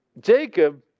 Jacob